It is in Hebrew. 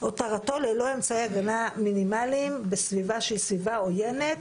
הותרתו ללא אמצעי הגנה מינימליים בסביבה שהיא סביבה עוינת,